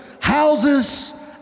Houses